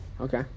Okay